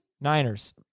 Niners